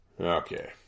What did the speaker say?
okay